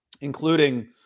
including